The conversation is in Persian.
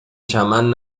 چمن